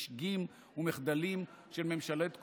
משגים ומחדלים של ממשלות קודמות.